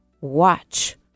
watch